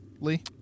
Lee